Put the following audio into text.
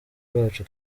rwacu